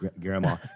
Grandma